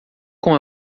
com